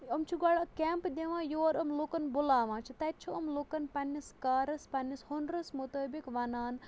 یِم چھِ گۄڈٕ کیمپ دِوان یور یِم لُکَن بُلاوان چھِ تَتہِ چھِ یِم لُکَن پنٛنِس کارَس پنٛنِس ہُنرس مُطٲبِق وَنان